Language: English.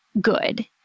good